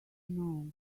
know